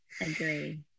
agree